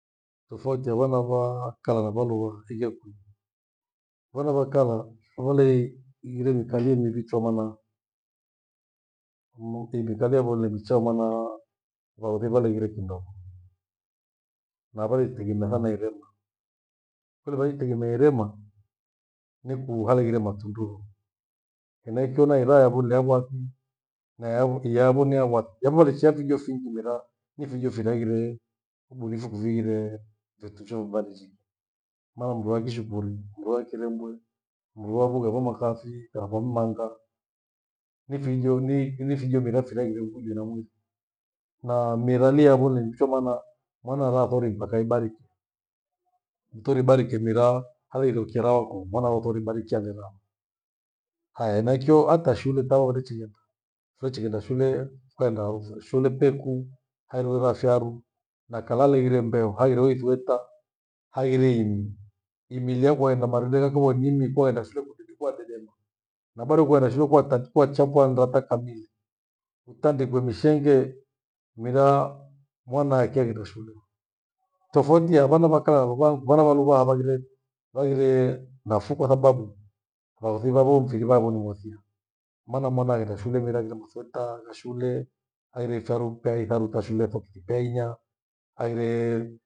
Tofauti ya vana vaa- kala na valuha ike kwii, vana va kala vale- ighire miikalie mivichwa maana mnu- ipilakeavo lemicha maana vaghosi valeghire kindo navali chitegemea sana irema. Kole valeitegemea irema niku haleghire matundu ho. Henaicho nairaa yavo nile yagwathi na yavo iyavo niyangw'asthi. Japo lechia vijo fingi mera, ni vijo feraighire ubunifu kuthihire vetunjo mbare njike. Maana mndu akishukuri mndu akirebwe, mndu wa vughai vyo makafi, kana vammanga ni fijo ni fijo vena firaghie nguju hena mwili. Na miralie avo nemcho mana mwana araa thori mpaka ibarike. Nthori ibarike mera haile rukia rawako mwana wa thori ibarikie mera. Haya, henachio hata shule thao nechighenda fechighenda shule ukahenda harufa shule peku hairoghera fyaru nakalare ghire mbeo hagwire isweta, haghire imi. Imilia kwa ivabaga rudega kabo nini kwaghenda shule kubibikua abedenywa na bado kwaenda shule kwa tatu kwachapwa ndoata kamili, utandikwa mishenge mera mwana akhegenda shule ho. Tofauti ya vana va kala na van- vanaluvaha vaghire, vaghire nafuu kwathababu vaghosi vavo mfiri vavo ni mothia, maana mwana aghenda shule mera aghire masweta gha shule, haghire fyaru pea itharu tha shule, soksi pea inya, aghiree